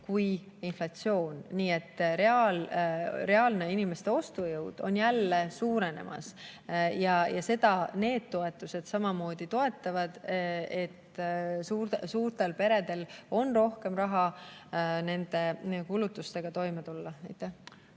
kui inflatsioon, nii et inimeste reaalne ostujõud on jälle suurenemas. Seda need toetused samamoodi toetavad, et suurtel peredel oleks rohkem raha kulutustega toime tulla.